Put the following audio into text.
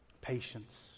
patience